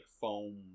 foam